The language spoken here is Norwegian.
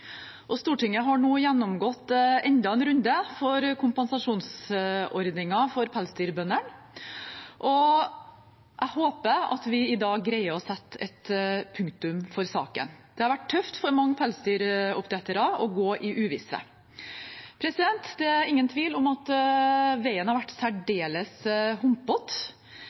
elvene. Stortinget har nå gjennomgått enda en runde med kompensasjonsordningen for pelsdyrbøndene, og jeg håper at vi i dag greier å sette et punktum for saken. Det har vært tøft for mange pelsdyroppdrettere å gå i uvisse. Det er ingen tvil om at veien har vært særdeles